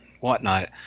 whatnot